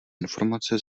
informace